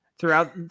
Throughout